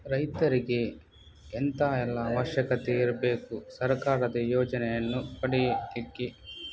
ರೈತರಿಗೆ ಎಂತ ಎಲ್ಲಾ ಅವಶ್ಯಕತೆ ಇರ್ಬೇಕು ಸರ್ಕಾರದ ಯೋಜನೆಯನ್ನು ಪಡೆಲಿಕ್ಕೆ?